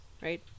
right